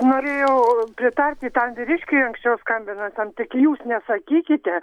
norėjau pritarti tam vyriškiui anksčiau skambinusiam tik jūs nesakykite